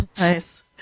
nice